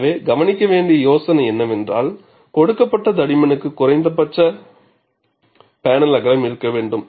எனவே கவனிக்க வேண்டிய யோசனை என்னவென்றால் கொடுக்கப்பட்ட தடிமனுக்கு குறைந்தபட்ச பேனல் அகலம் இருக்க வேண்டும்